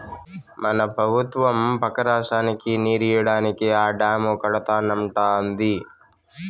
మన పెబుత్వం పక్క రాష్ట్రానికి నీరియ్యడానికే ఆ డాము కడతానంటాంది